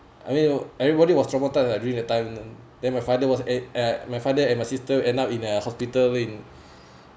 I mean everybody was traumatised lah during that time then my father was at uh my father and my sister end up in a hospital in